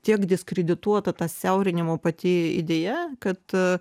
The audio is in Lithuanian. tiek diskredituota ta siaurinimo pati idėja kad